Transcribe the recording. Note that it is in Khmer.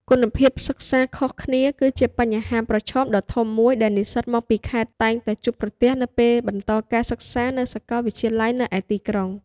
គុណភាពសិក្សាខុសគ្នា គឺជាបញ្ហាប្រឈមដ៏ធំមួយដែលនិស្សិតមកពីខេត្តតែងតែជួបប្រទះនៅពេលបន្តការសិក្សានៅសកលវិទ្យាល័យនៅឯទីក្រុង។